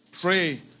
Pray